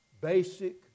basic